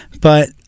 But-